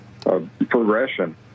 progression